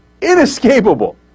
inescapable